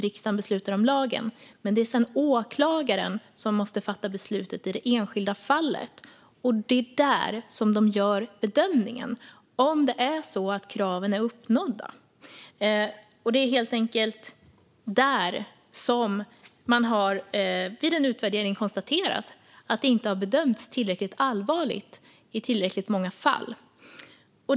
Riksdagen beslutar om lagen, men sedan är det åklagaren som måste fatta beslut i det enskilda fallet. Det är där de gör bedömningen av om kraven är uppnådda. Det är helt enkelt där som man vid en utvärdering har konstaterat att det inte har bedömts vara tillräckligt allvarligt i tillräckligt många fall.